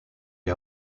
est